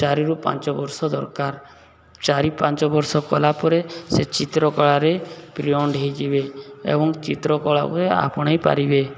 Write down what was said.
ଚାରିରୁ ପାଞ୍ଚ ବର୍ଷ ଦରକାର ଚାରି ପାଞ୍ଚ ବର୍ଷ କଲାପରେ ସେ ଚିତ୍ରକଳାରେ ପ୍ରମ୍ପ୍ଟ ହୋଇଯିବେ ଏବଂ ଚିତ୍ରକଳାକୁ ଆପଣେଇ ପାରିବେ